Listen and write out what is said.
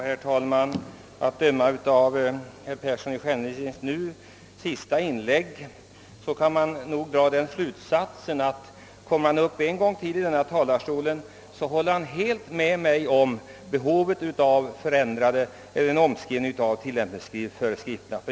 Herr talman! Av herr Perssons i Skänninge senaste inlägg att döma kan man nog dra den slutsatsen att om han kommer upp i denna talarstol ännu en gång, så håller han helt med mig om behovet av en omskrivning av tillämpningsföreskrifterna.